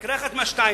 יקרה, אחת מהשתיים: